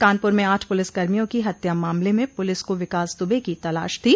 कानपुर में आठ पुलिसकर्मियों की हत्या मामले में पुलिस को विकास दुबे की तलाश थी